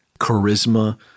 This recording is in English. charisma